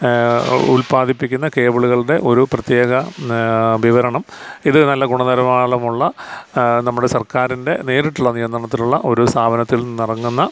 ഉല്പാദിപ്പിക്കുന്ന കേബിളുകളുടെ ഒരു പ്രത്യേക വിവരണം ഇത് നല്ല ഗുണനിലവാരമുള്ള നമ്മുടെ സർക്കാരിൻ്റെ നേരിട്ടുള്ള നിയന്ത്രണത്തിലുള്ള ഒരു സ്ഥാപനത്തിൽ നിന്നിറങ്ങുന്ന